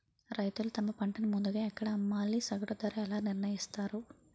రైతులు తమ పంటను ముందుగా ఎక్కడ అమ్మాలి? సగటు ధర ఎలా నిర్ణయిస్తారు?